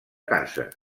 casa